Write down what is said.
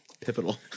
Pivotal